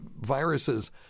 viruses